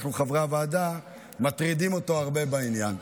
אנחנו, חברי הוועדה, מטרידים אותו הרבה בעניין.